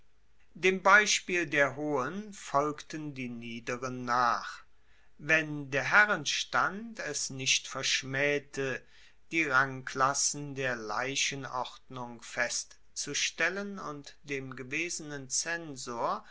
dem beispiel der hohen folgten die niederen nach wenn der herrenstand es nicht verschmaehte die rangklassen der leichenordnung festzustellen und dem gewesenen zensor